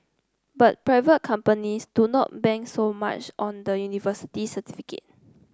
but private companies do not bank so much on the university certificate